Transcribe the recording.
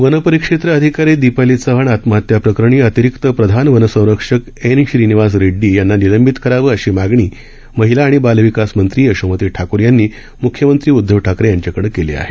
one परिक्षेत्र अधिकारी दीपाली चव्हाण आत्महत्या प्रकरणी अतिरिक्त प्रधान वनसंरक्षक एन श्रीनिवास रेइडी यांना निलंबित करावं अशी मागणी महिला आणि बाल विकासमंत्री यशोमती ठाकूर यांनी मुख्यमंत्री उद्धव ठाकरे यांच्याकडे केली आहे